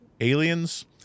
aliens